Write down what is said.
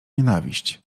nienawiść